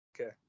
Okay